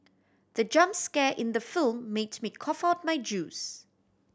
the jump scare in the film made me cough out my juice